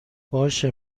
باشه